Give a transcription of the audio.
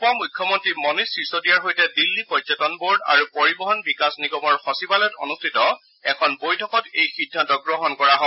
উপ মুখ্যমন্তী মণিষ চিচদিয়াৰ সৈতে দিল্লী পৰ্যটন বৰ্ড আৰু পৰিবহন বিকাশ নিগমৰ সচিবালয়ত অনুষ্ঠিত এখন বৈঠকত এই সিদ্ধান্ত গ্ৰহণ কৰা হয়